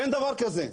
אין דבר כזה,